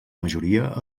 majoria